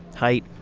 height,